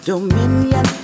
Dominion